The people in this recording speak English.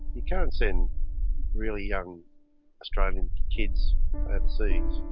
you can't send really young australian kids overseas.